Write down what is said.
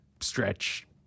stretch